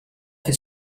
his